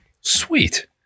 Sweet